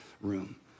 room